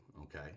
Okay